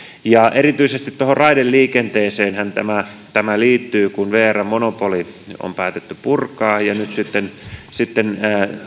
ja erityisesti raideliikenteeseenhän tämä tämä liittyy kun vrn monopoli on päätetty purkaa ja nyt sitten sitten